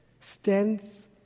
stands